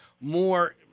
more